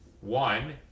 One